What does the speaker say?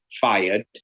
fired